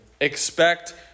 Expect